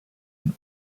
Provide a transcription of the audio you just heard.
and